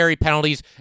penalties